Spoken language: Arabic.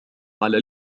على